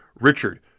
Richard